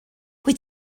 wyt